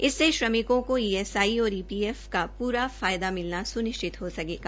इससे श्रमिकों को ई एस आई और ई पी एफ का पूरा लाभ मिलना सुनिश्चित हो सकेगा